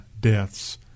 deaths